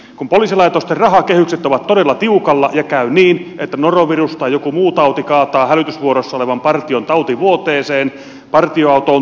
kun poliisilaitosten rahakehykset ovat todella tiukalla ja käy niin että norovirus tai joku muu tauti kaataa hälytysvuorossa olevan partion tautivuoteeseen partioauto on tyhjä